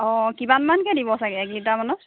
অঁ কিমানমানকৈ দিব চাগে এক লিটাৰমানত